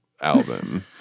album